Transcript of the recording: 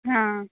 हाँ